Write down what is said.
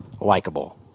likable